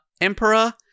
Emperor